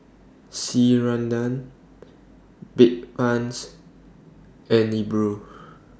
Ceradan Bedpans and Nepro